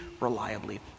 reliably